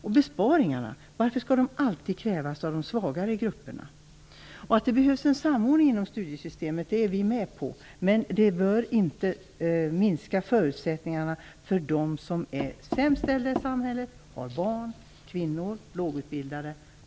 Varför skall besparingar alltid krävas av de svagare grupperna? Vi är med på att det behövs en samordning inom studiesystemet. Men det bör inte minska förutsättningarna för de sämst ställda i samhället, kvinnor som har barn och är lågutbildade.